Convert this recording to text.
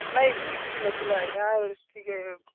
ନାଇଁ ସେମିତି କିଛି ନଥିଲା ଆଜ୍ଞା ଟିକେ